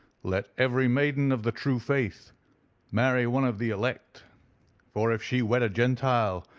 let every maiden of the true faith marry one of the elect for if she wed a gentile,